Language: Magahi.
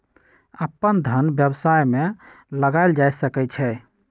अप्पन धन व्यवसाय में लगायल जा सकइ छइ